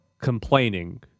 complaining